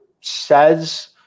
says